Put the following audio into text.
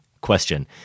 question